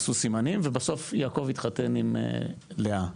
הם עשו סימנים ובסוף יעקב התחתן עם לאה.